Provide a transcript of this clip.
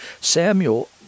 Samuel